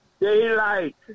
daylight